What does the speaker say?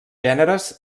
gèneres